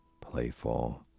playful